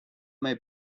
may